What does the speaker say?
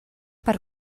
per